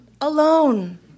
Alone